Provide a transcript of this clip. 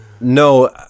no